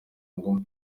ngo